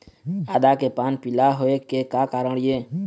आदा के पान पिला होय के का कारण ये?